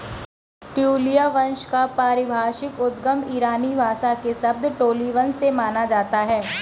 ट्यूलिया वंश का पारिभाषिक उद्गम ईरानी भाषा के शब्द टोलिबन से माना जाता है